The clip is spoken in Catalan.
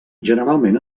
generalment